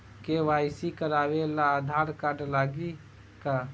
KYC करावे ला Aadhaar card लागी का?